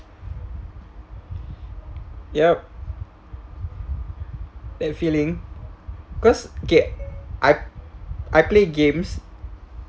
yup that feeling cause okay I I play games